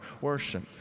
worship